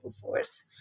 force